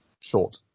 Short